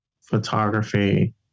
photography